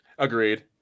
Agreed